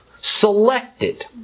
selected